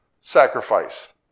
sacrifice